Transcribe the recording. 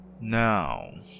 Now